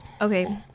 Okay